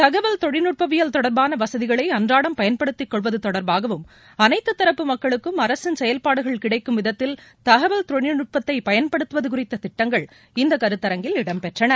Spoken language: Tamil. தகவல் தொழில்நட்பவியல் தொடர்பான வசதிகளை அன்றாடம் பயன்படுத்திக்கொள்வது தொடர்பாகவும் அனைத்தத்தரப்பு மக்களுக்கும் அரசின் செயல்பாடுகள் கிடைக்கும் விதத்தில் தகவல் தொழில்நுட்பத்தை பயன்படுத்துவது குறித்த திட்டங்கள் இந்த கருத்தரங்கில் இடம்பெற்றன